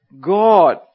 God